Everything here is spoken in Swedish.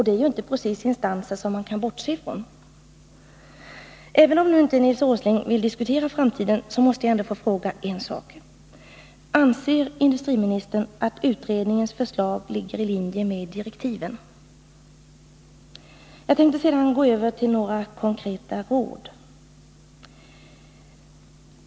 Det är ju inte precis instanser som man kan bortse ifrån. Även om Nils Åsling inte vill diskutera framtiden, måste jag få fråga en sak. Anser industriministern att utredningens förslag ligger i linje med direktiven? Jag tänkte sedan gå över till några konkreta råd.